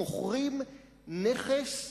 מוכרים נכס,